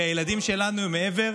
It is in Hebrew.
כי הילדים שלנו הם מעבר